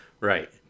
right